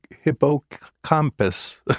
hippocampus